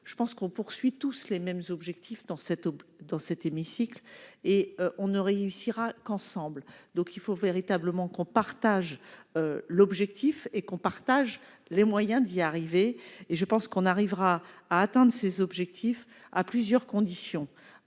je pense qu'on poursuit tous les mêmes objectifs dans cette, dans cet hémicycle, et on ne réussira qu'ensemble, donc il faut véritablement qu'on partage l'objectif est qu'on partage les moyens d'y arriver et je pense qu'on arrivera à attendent ses objectifs à plusieurs conditions